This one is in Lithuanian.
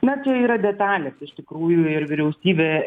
na čia yra detalės iš tikrųjų ir vyriausybė